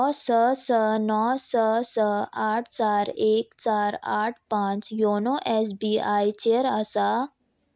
हो स स णव स स आठ चार एक चार आठ पांच योनो एस बी आय चेर आसा